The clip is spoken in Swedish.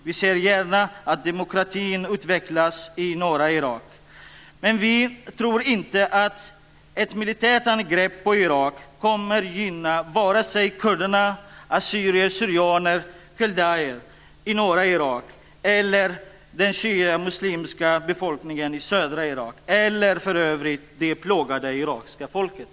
Vi ser gärna att demokratin utvecklas i norra Vi tror inte att ett militärt angrepp på Irak kommer att gynna vare sig kurderna, assyrier/syrianer eller kaldéer i norra Irak eller den shiamuslimska befolkningen i södra Irak eller för övrigt det plågade irakiska folket.